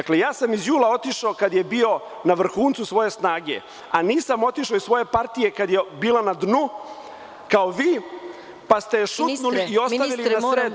Dakle, ja sam iz JUL-a otišao kada je bio na vrhuncu svoje snage, a nisam otišao iz svoje partije kada je bila na dnu, kao vi, pa ste je šutnuli i ostavili…